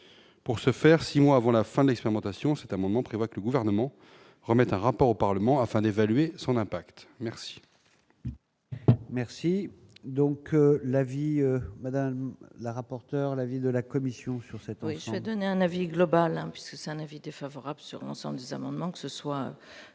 pour ce faire, 6 mois avant la fin de l'expérimentation, cet amendement prévoit que le gouvernement remette un rapport au Parlement afin d'évaluer son impact merci. Merci donc la vie madame la rapporteure, l'avis de la Commission sur cette. Oui, j'ai donné un avis global, hein, puisque c'est un avis défavorable sur l'ensemble des amendements, que ce soit